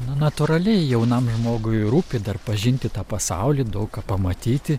na natūraliai jaunam žmogui rūpi dar pažinti tą pasaulį daug ką pamatyti